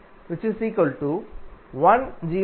77 cos 19